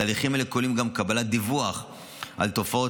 תהליכים אלה כוללים גם קבלת דיווח על תופעות